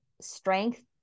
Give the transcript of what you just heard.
strength